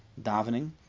davening